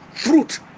fruit